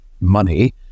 money